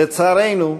לצערנו,